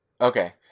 Okay